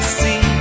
see